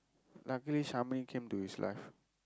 luckily Shamini came into his life